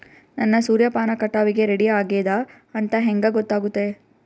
ನನ್ನ ಸೂರ್ಯಪಾನ ಕಟಾವಿಗೆ ರೆಡಿ ಆಗೇದ ಅಂತ ಹೆಂಗ ಗೊತ್ತಾಗುತ್ತೆ?